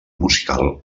musical